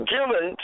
Given